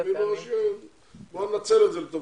צריך לנצל את זה לטובתנו.